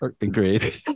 Agreed